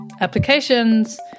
applications